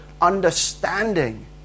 understanding